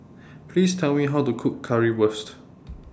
Please Tell Me How to Cook Currywurst